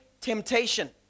temptation